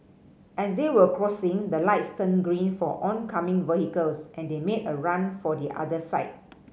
as they were crossing the lights turned green for oncoming vehicles and they made a run for the other side